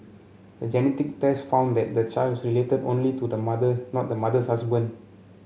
a genetic test found that the child was related only to the mother not the mother's husband